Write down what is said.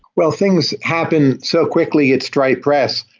well, things happen so quickly at stripe press.